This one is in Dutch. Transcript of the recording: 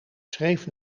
schreef